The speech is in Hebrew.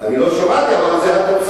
אני לא שמעתי, אבל זו התוצאה.